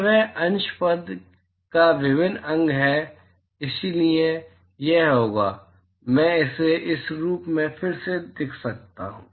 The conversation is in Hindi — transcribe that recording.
यह वहाँ अंश पद का अभिन्न अंग है इसलिए वह होगा मैं इसे इस रूप में फिर से लिख सकता हूं